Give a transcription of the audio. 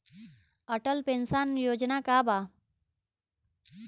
Atal pension Yojana का बा?